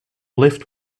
lift